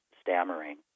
stammering